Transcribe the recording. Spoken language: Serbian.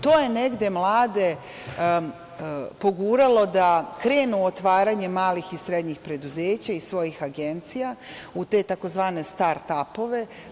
To je negde mlade poguralo da krenu u otvaranje malih i srednjih preduzeća i svojih agencija, u tzv. start apove.